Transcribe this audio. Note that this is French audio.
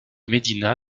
medina